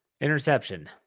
Interception